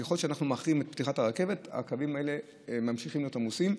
וככל שאנחנו מאחרים את פתיחת הרכבת הקווים האלה ממשיכים להיות עמוסים.